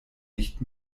nicht